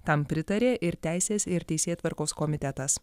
tam pritarė ir teisės ir teisėtvarkos komitetas